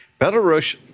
belarus